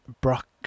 Brock